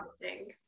interesting